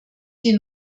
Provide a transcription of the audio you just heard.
die